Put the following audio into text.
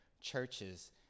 churches